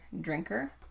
drinker